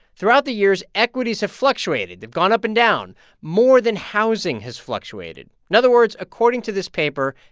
throughout the years, equities have fluctuated. they've gone up and down more than housing has fluctuated. in other words, according to this paper,